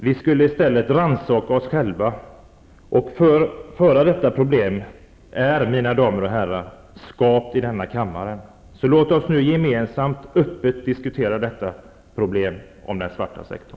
Vi skulle i stället rannsaka oss själva, för detta problem är, mina damer och herrar, skapat i denna kammare. Låt oss nu gemensamt öppet diskutera detta problem med den svarta sektorn.